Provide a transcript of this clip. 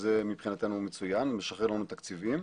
שזה מבחינתנו מצוין, משחרר לנו תקציבים.